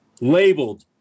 labeled